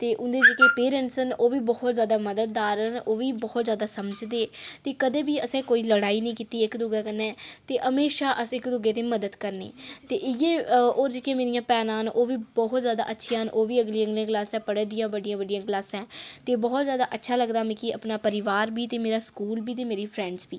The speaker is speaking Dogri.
ते उं'दे जेह्के पेरैंटस न ओह् बी बहुत जैदा मददगार न ओह् बी बहुत जैदा समझदे ते कदें बी असें कोई लड़ाई निं कीती इक दूए कन्नै ते म्हेशां अस इक दूए दी मदद करने ते इ'यै होर जेह्कियां मेरियां भैनां न ओह् बी बहुत जैदा अच्छियां न ओह् बी अगली अगली क्लासें च पढ़ै दियां बड्डियें बड्डियें क्लासें च ते बहुत जैदा अच्छा लगदा मिगी अपना परोआर बी मेरा स्कूल बी ते मेरी फ्रैंडां बी